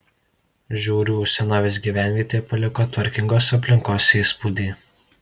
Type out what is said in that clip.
žiūrių senovės gyvenvietė paliko tvarkingos aplinkos įspūdį